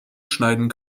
schneiden